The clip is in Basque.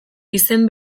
izen